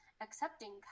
accepting